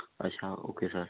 अच्छा okay sir